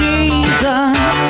Jesus